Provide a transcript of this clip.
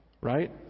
Right